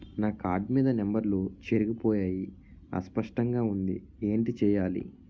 నా కార్డ్ మీద నంబర్లు చెరిగిపోయాయి అస్పష్టంగా వుంది ఏంటి చేయాలి?